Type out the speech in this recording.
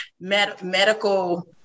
medical